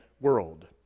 world